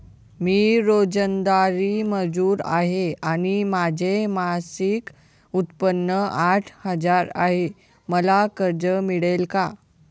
मी रोजंदारी मजूर आहे आणि माझे मासिक उत्त्पन्न आठ हजार आहे, मला कर्ज मिळेल का?